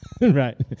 Right